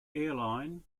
airline